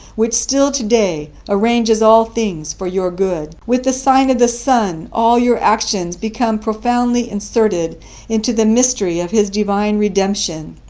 which still today arranges all things for your good. with the sign of the son, all your actions become profoundly inserted into the mystery of his divine redemption.